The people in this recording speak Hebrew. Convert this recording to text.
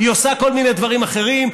היא עושה כל מיני דברים אחרים,